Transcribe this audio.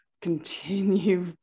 continue